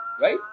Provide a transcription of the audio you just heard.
Right